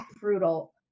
brutal